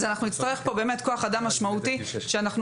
נצטרך כאן כוח אדם משמעותי וזה כאשר